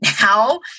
now